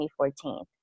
2014